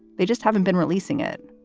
they just haven't been releasing it.